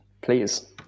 please